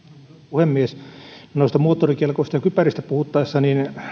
puhemies noista moottorikelkoista ja kypäristä puhuttaessa